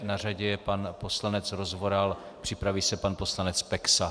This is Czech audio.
Na řadě je pan poslanec Rozvoral, připraví se pan poslanec Peksa.